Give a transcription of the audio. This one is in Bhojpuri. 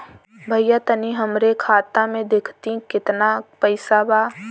भईया तनि हमरे खाता में देखती की कितना पइसा बा?